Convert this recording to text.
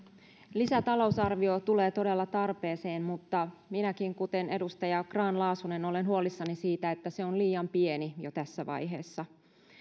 lisätalousarvio tulee todella tarpeeseen mutta minäkin kuten edustaja grahn laasonen olen huolissani siitä että se on liian pieni jo tässä vaiheessa